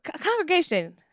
Congregation